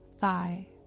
thigh